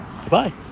goodbye